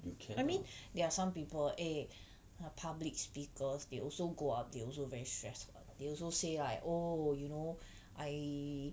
I mean there are some people eh public speakers they also go up they also very stress [what] they also say like oh oh you know I